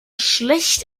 schlecht